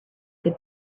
good